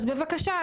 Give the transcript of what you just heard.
אז בבקשה,